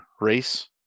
race